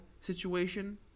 Situation